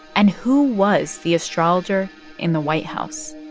and who was the astrologer in the white house?